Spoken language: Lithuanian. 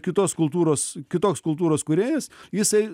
kitos kultūros kitoks kultūros kūrėjas jisai